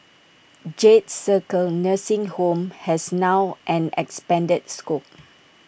jade circle nursing home has now an expanded scope